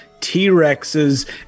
T-Rexes